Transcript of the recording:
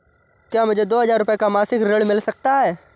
क्या मुझे दो हजार रूपए का मासिक ऋण मिल सकता है?